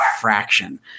fraction